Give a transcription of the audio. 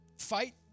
Fight